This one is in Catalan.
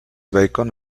bacon